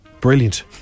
Brilliant